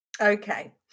Okay